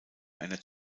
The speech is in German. einer